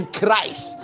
Christ